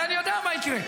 הרי אני יודע מה יקרה.